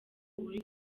uri